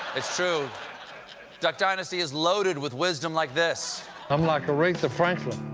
so duck dynasty is loaded with wisdom like this i'm like aretha franklin.